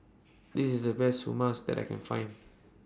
This IS The Best Hummus that I Can Find